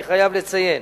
אני חייב לציין.